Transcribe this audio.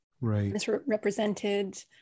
misrepresented